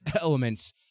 elements